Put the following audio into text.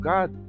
God